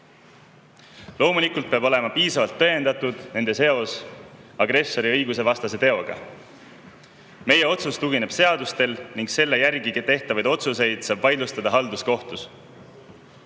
Loomulikult peab olema piisavalt tõendatud nende seos agressori õigusvastase teoga. Meie otsus tugineb seadustele ning selle järgi tehtavaid otsuseid saab vaidlustada halduskohtus.